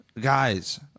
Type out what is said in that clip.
guys